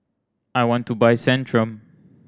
I want to buy Centrum